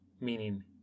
meaning